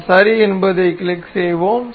நாம் சரி என்பதைக் கிளிக் செய்வோம்